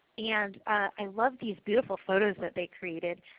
and i love these beautiful photos that they created.